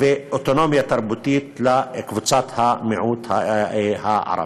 ואוטונומיה תרבותית לקבוצת המיעוט הערבית.